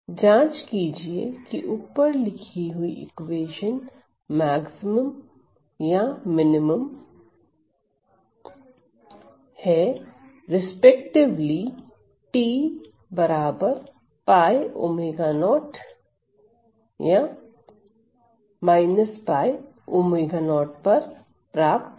जांच कीजिए की ऊपर लिखी हुई है इक्वेशन मैक्सिमम या मिनिमम maxmin क्रमशः पर प्राप्त करती है